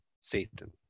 Satan